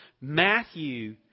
Matthew